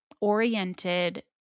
oriented